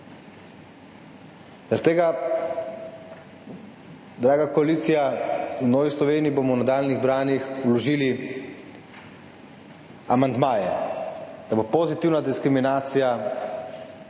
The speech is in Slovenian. tega, draga koalicija, bomo v Novi Sloveniji v nadaljnjih branjih vložili amandmaje, da bo pozitivna diskriminacija, se